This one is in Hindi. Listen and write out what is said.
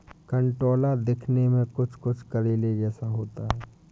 कंटोला दिखने में कुछ कुछ करेले जैसा होता है